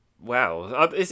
Wow